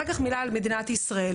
ואחר כך מילה על מדינת ישראל.